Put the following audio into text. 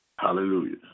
hallelujah